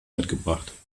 mitgebracht